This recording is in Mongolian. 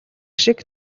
шиг